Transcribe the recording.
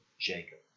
Jacob